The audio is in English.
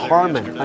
Harmon